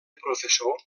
professor